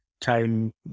time